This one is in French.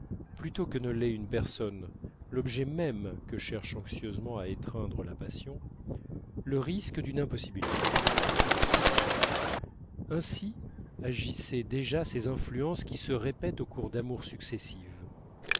plutôt que ne l'est une personne l'objet même que cherche anxieusement à étreindre la passion le risque d'une impossibilité ainsi agissaient déjà ces influences qui se répètent au cours d'amours successives